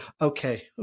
okay